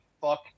fuck